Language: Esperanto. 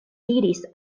diris